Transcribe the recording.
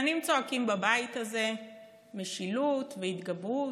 שנים צועקים בבית הזה "משילות" ו"התגברות",